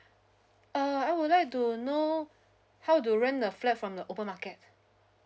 uh I would like to know how to rent the flat from the open market